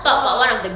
!wow!